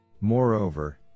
Moreover